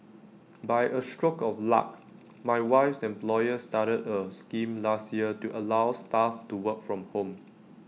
by A stroke of luck my wife's employer started A scheme last year to allow staff to work from home